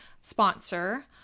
sponsor